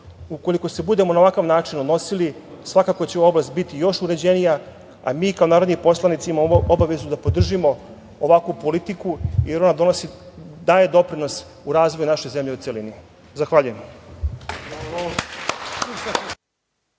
se budemo na ovakav način odnosili, svakako će oblast biti još uređenija, a mi kao narodni poslanici imamo obavezu da podržimo ovakvu politiku, jer ona donosi, daje doprinos u razvoju naše zemlje u celini. Zahvaljujem.